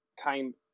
time